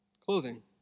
clothing